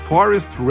Forest